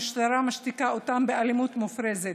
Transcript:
המשטרה משתיקה אותם באלימות מופרזת,